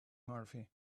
murphy